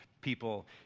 people